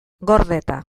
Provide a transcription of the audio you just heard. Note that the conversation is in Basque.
gordeta